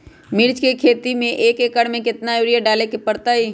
मिर्च के खेती में एक एकर में कितना यूरिया डाले के परतई?